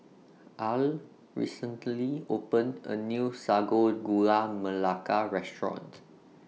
Al recently opened A New Sago Gula Melaka Restaurant